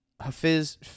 Hafiz